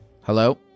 Hello